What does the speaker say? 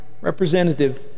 representative